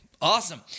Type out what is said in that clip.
Awesome